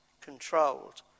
controlled